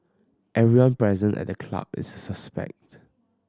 everyone present at the club is a suspect